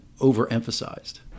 overemphasized